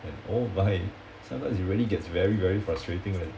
and oh my sometimes it really gets very very frustrating leh